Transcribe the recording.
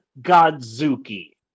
Godzuki